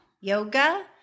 yoga